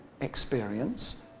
experience